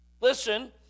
Listen